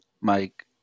Mike